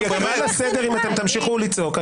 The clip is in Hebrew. אני אקרא לסדר אם אתם תמשיכו לצעוק.